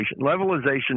Levelization